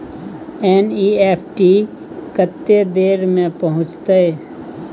NEFT कत्ते देर में पहुंचतै?